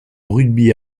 rugby